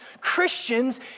Christians